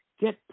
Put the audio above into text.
get